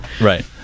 Right